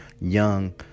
young